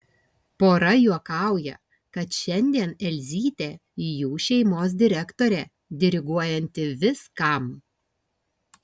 pora juokauja kad šiandien elzytė jų šeimos direktorė diriguojanti viskam